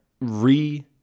re-